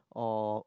or